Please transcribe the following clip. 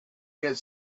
get